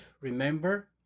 remember